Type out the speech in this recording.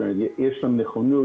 יש להם נכונות,